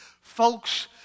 Folks